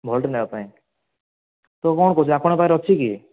volt ନେବା ପାଇଁ ତ କ'ଣ କହୁଛ ଆପଣଙ୍କ ପାଖରେ ଅଛି କି